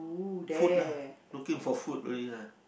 food lah looking for food to eat lah